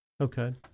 Okay